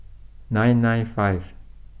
nine nine five